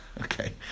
Okay